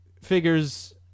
figures –